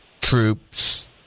troops